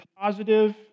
positive